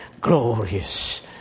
Glorious